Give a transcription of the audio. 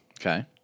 Okay